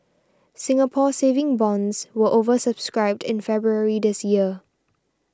Singapore Saving Bonds were over subscribed in February this year